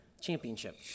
championship